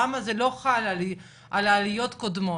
למה זה לא חל על עליות קודמות?